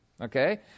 okay